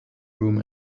room